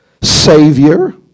savior